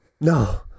No